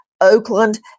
oakland